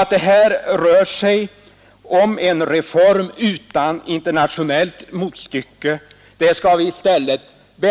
Att det här rör sig om en reform utan internationellt motstycke skall vi